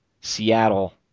Seattle